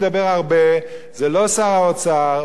זה לא שר האוצר ולא ראש הממשלה.